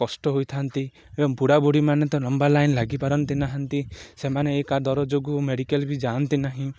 କଷ୍ଟ ହୋଇଥାନ୍ତି ଏବଂ ବୁଢ଼ା ବୁଢୀମାନେ ତ ଲମ୍ବା ଲାଇନ୍ ଲାଗିପାରନ୍ତି ନାହାନ୍ତି ସେମାନେ ଏକା ଦର ଯୋଗୁଁ ମେଡ଼ିକାଲ୍ ବି ଯାଆନ୍ତି ନାହିଁ